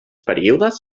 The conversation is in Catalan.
períodes